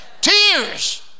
Tears